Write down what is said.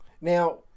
now